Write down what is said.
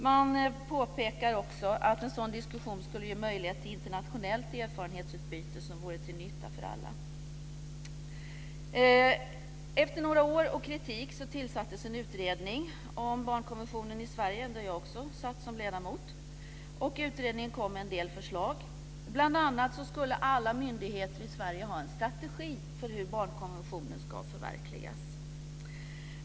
Man påpekar också att en sådan diskussion skulle ge möjlighet till ett internationellt erfarenhetsutbyte som vore till nytta för alla. Efter några år med kritik tillsattes en utredning om barnkonventionen i Sverige där jag också satt som ledamot. Utredningen kom med en del förslag. Bl.a. föreslogs att alla myndigheter skulle ha en strategi för hur barnkonventionen ska förverkligas.